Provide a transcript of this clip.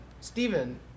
Stephen